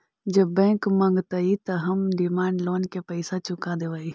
जब बैंक मगतई त हम डिमांड लोन के पैसा चुका देवई